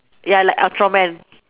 ya like ultraman